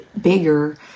bigger